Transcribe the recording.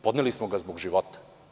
Podneli smo ga zbog života.